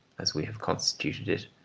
as we have constituted it,